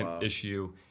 issue